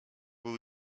był